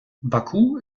baku